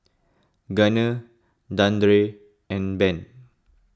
Gunner Dandre and Ben